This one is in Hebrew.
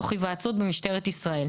תוך היוועצות במשטרת ישראל.